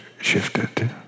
shifted